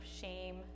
shame